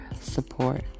support